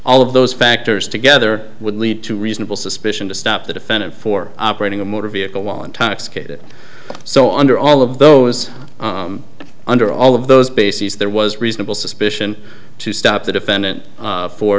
all of those factors together would lead to reasonable suspicion to stop the defendant for operating a motor vehicle want it so under all of those under all of those bases there was reasonable suspicion to stop the defendant